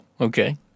okay